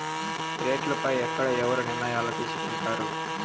రేట్లు పై ఎక్కడ ఎవరు నిర్ణయాలు తీసుకొంటారు?